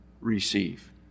receive